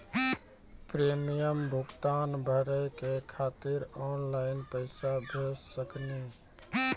Premium भुगतान भरे के खातिर ऑनलाइन पैसा भेज सकनी?